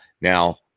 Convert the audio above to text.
Now